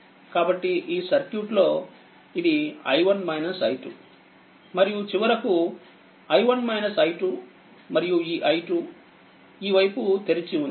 కాబట్టిఈ సర్క్యూట్ లో ఇదిi1-i2మరియుచివరకు i1-i2మరియు ఈi2ఈ వైపు తెరిచి ఉంది